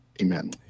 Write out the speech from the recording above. Amen